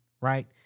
right